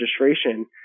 registration